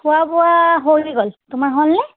খোৱা বোৱা হৈ গ'ল তোমাৰ হ'লনে